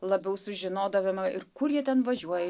labiau sužinodavome ir kur jie ten važiuoja